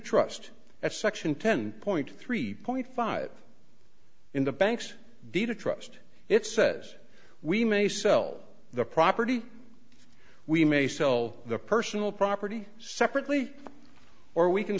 trust that section ten point three point five in the bank's deed of trust it says we may sell the property we may sell the personal property separately or we can